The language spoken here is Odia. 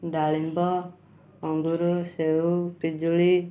ଡାଳିମ୍ବ ଅଙ୍ଗୁର ସେଉ ପିଜୁଳି